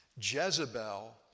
Jezebel